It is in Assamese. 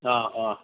অঁ অঁ